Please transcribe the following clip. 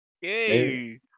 yay